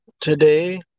today